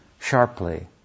sharply